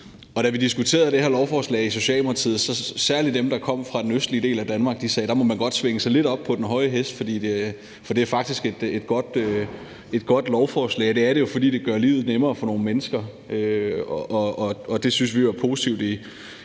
Da vi diskuterede det her lovforslag i Socialdemokratiet, sagde særlig dem, der kommer fra den østlige del af Danmark, at der må man godt svinge sig lidt op på den høje hest, for det er faktisk et godt lovforslag. Det er det, fordi det gør livet nemmere for nogle mennesker, og vi synes jo i